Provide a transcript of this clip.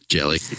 Jelly